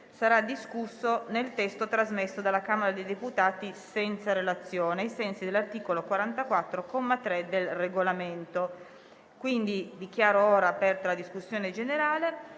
sarà discusso nel testo trasmesso dalla Camera dei deputati senza relazione, ai sensi dell'articolo 44, comma 3, del Regolamento. Dichiaro aperta la discussione generale.